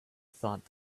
thought